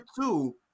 two